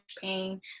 pain